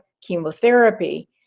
chemotherapy